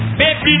baby